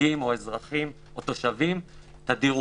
חריגים או אזרחים או תושבים תדירות.